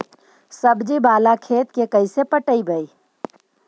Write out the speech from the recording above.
सब्जी बाला खेत के कैसे पटइबै?